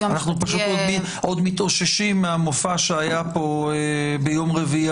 אנחנו עוד מתאוששים מהמופע שהיה כאן ביום רביעי